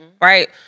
right